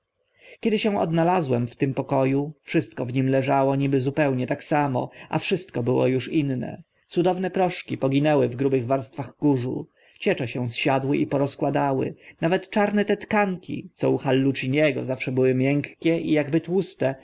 kiedy się odnalazłem w tym poko u wszystko w nim leżało niby zupełnie tak samo a wszystko było uż inne cudowne proszki poginęły w grubych warstwach kurzu ciecze się zsiadły i porozkładały nawet czarne te tkanki co u halluciniego zawsze były miękkie i akby tłuste